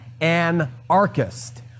anarchist